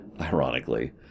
ironically